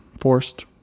forced